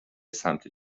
سمت